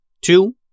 two